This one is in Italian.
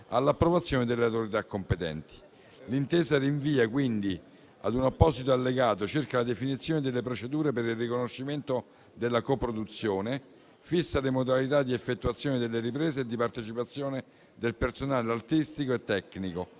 all'approvazione delle autorità competenti. L'intesa rinvia quindi ad un apposito Allegato circa la definizione delle procedure per il riconoscimento della coproduzione; fissa le modalità di effettuazione delle riprese e di partecipazione del personale artistico e tecnico;